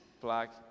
black